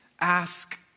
ask